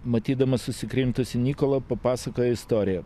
matydamas susikrimtusį nikolą papasakojo istoriją